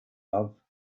love